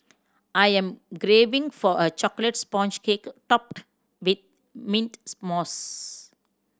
I am craving for a chocolate sponge cake topped with mint mousse